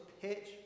pitch